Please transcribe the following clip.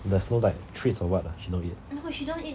there's no like treats or what ah she don't eat